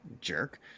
jerk